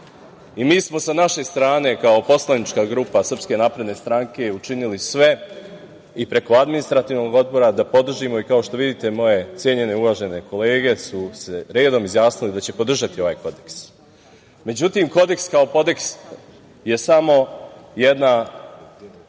smo sa naše strane kao poslanička grupa SNS učinili sve i preko Administrativnog odbora da podržimo i kao što vidite moje cenjene, uvažene kolege su se redom izjasnile da će podržati ovaj kodeks.Međutim, kodeks kao kodeks je samo jedna